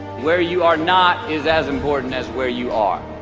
where you are not is as important as where you are